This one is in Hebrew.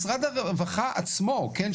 משרד הרווחה עצמו, כן?